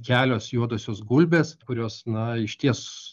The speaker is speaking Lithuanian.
kelios juodosios gulbės kurios na išties